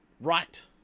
right